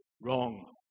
wrong